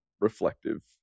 reflective